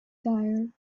tired